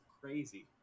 crazy